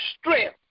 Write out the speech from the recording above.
strength